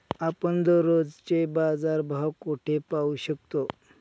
आपण दररोजचे बाजारभाव कोठे पाहू शकतो?